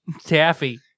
taffy